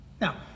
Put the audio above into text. now